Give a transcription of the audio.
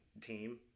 team